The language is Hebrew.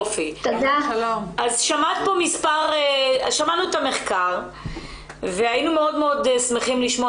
שמענו את המחקר והיינו מאוד מאוד שמחים לשמוע